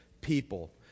people